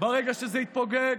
ברגע שזה התפוגג,